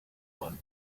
one